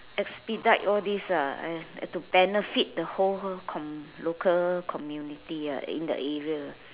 expedite all these ah to benefit the whole comm~ local community ah in the area